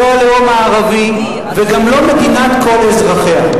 לא הלאום הערבי, וגם לא מדינת כל אזרחיה.